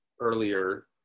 earlier